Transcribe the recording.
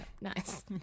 Nice